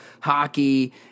hockey